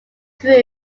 through